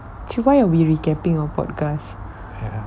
K why are we recapping our podcast